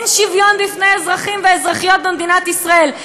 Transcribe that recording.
אין שוויון לאזרחים ואזרחיות במדינת ישראל.